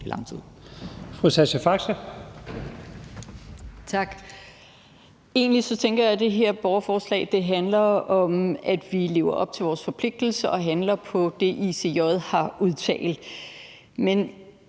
i lang tid.